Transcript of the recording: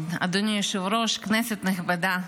אדוני היושב-ראש, כנסת נכבדה,